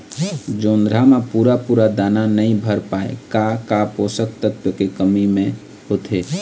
जोंधरा म पूरा पूरा दाना नई भर पाए का का पोषक तत्व के कमी मे होथे?